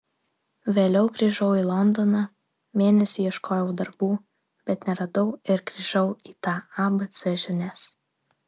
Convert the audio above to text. vėliau grįžau į londoną mėnesį ieškojau darbų bet neradau ir grįžau į tą abc žinias